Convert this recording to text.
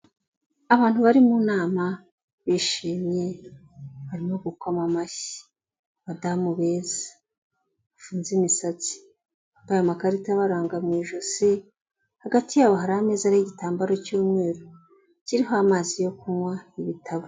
Abantu bari mu nama bishimye barimo gukoma amashyi, abadamu beza bafunze imisatsi, bambaye amakarita abaranga mu ijosi, hagati yabo hari ameza y'igitambaro cy'umweru kiriho amazi yo kunywa n'ibitabo.